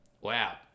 wow